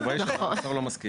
התשובה היא שהאוצר לא מסכים.